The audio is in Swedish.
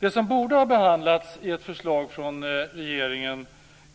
Det som borde ha behandlats i ett förslag från regeringen berörs